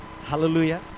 Hallelujah